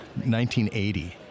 1980